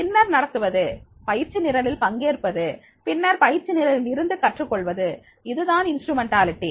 பின்னர் நடத்துவது பயிற்சி நிரலில் பங்கேற்பது பின்னர் பயிற்சி நிரலில் இருந்து கற்றுக்கொள்வது இதுதான் கருவி